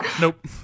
Nope